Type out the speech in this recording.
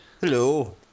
Hello